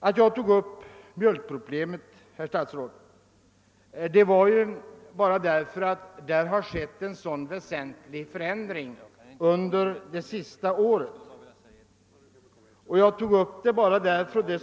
Att jag tog upp mjölkproblemet berodde, herr statsråd, på att det skett en så väsentlig förändring av mjölkproduktionen under det senaste året.